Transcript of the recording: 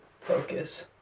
focus